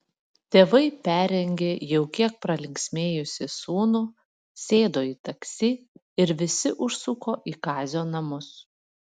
tėvai perrengė jau kiek pralinksmėjusį sūnų sėdo į taksi ir visi užsuko į kazio namus